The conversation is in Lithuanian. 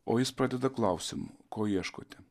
o jis pradeda klausimu ko ieškote